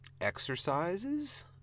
exercises